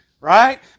right